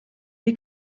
die